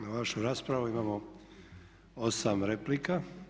Na vašu raspravu imamo 8 replika.